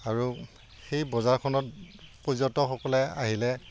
আৰু সেই বজাৰখনত পৰ্যটকসকলে আহিলে